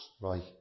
Right